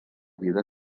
vida